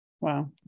Wow